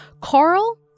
Carl